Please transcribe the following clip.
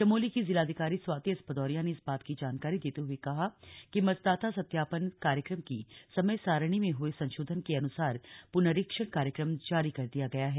चमोली की जिलाधिकारी स्वाति एस भदौरिया ने इस बात की जानकारी देते हुए कहा कि मतदाता सत्यापन कार्यक्रम की समय सारणी में हुए संशोधन के अनुसार पुनरीक्षण कार्यक्रम जारी कर दिया गया है